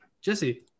Jesse